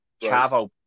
Chavo